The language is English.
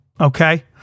Okay